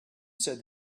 said